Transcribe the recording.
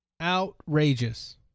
Outrageous